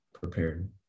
Prepared